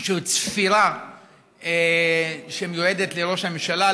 איזושהי צפירה שמיועדת לראש הממשלה,